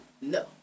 no